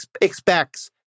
expects